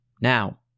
Now